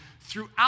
throughout